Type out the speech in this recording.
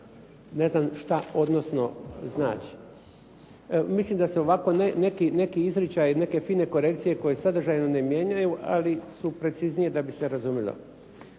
Ne znam što odnosno znači. Mislim da se ovako neki izričaji, neke fine korekcije koje sadržajno ne mijenjaju, ali su preciznije da bi se razumjelo.